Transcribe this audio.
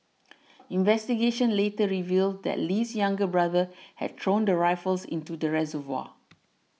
investigations later revealed that Lee's younger brother had thrown the rifles into the reservoir